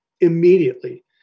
immediately